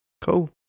Cool